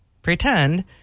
Pretend